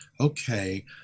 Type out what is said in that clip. Okay